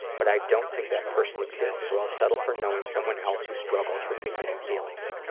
but i don't think that person exists so i'll settle for knowing someone else who struggles with the same feelings.